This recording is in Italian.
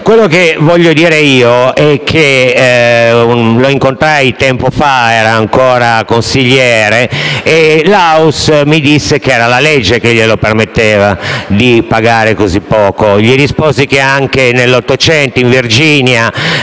Quello che voglio dire è che quando lo incontrai tempo fa (era ancora consigliere), Laus mi disse che era la legge che gli permetteva di pagare così poco; gli risposi che anche nell'Ottocento in Virginia